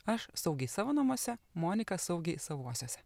aš saugiai savo namuose monika saugiai savuosiuose